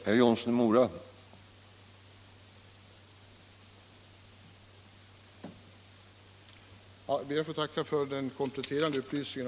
Herr talman! Jag ber att få tacka för den kompletterande upplysningen.